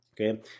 okay